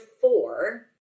four